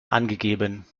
angegeben